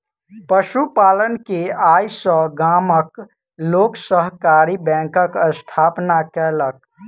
पशु पालन के आय सॅ गामक लोक सहकारी बैंकक स्थापना केलक